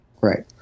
Right